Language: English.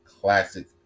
classic